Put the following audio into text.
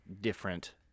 different